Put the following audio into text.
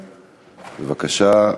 בבקשה,